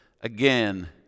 again